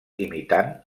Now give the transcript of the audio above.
imitant